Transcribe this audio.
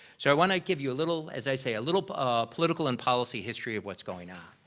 so i want to give you a little, as i say, a little political and policy history of what's going on.